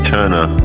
Turner